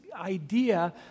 idea